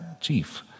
chief